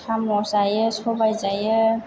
साम' जायो सबाय जायो